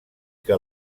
que